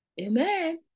Amen